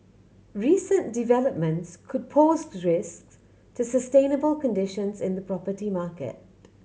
recent developments could pose risks to sustainable conditions in the property market